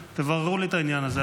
תבררו לי את העניין הזה.